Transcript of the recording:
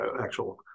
actual